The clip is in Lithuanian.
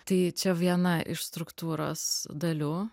tai čia viena iš struktūros dalių